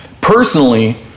Personally